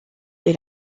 est